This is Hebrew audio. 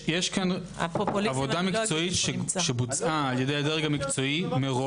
עבודה מקצועית שבוצעה על ידי הדרג המקצועי מראש